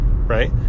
Right